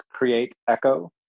createecho